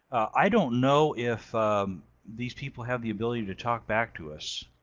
i don't know if these people have the ability to talk back to us.